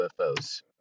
UFOs